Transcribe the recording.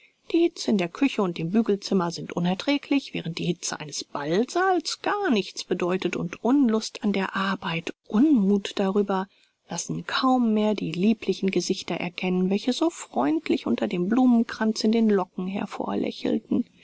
die hitze in der küche und im bügelzimmer sind unerträglich während die hitze eines ballsaals gar nichts bedeutet und unlust an der arbeit unmuth darüber lassen kaum mehr die lieblichen gesichter erkennen welche so freundlich unter dem blumenkranz in den locken